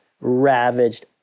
ravaged